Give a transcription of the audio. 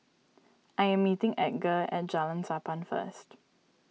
I am meeting Edgar at Jalan Sappan first